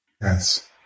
Yes